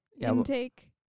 intake